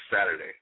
Saturday